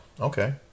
okay